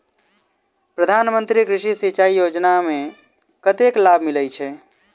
प्रधान मंत्री कृषि सिंचाई योजना मे कतेक लाभ मिलय छै?